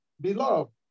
Beloved